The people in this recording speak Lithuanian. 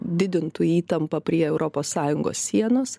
didintų įtampą prie europos sąjungos sienos